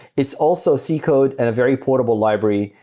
it's also c code and very portable library.